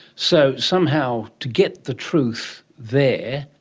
so somehow to get the truth there,